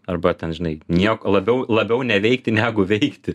arba ten žinai nieko labiau labiau neveikti negu veikti